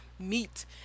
meat